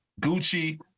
Gucci